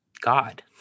God